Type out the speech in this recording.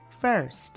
first